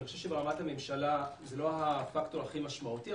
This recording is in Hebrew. אני חושב שברמת הממשלה זה לא הפקטור הכי משמעותי,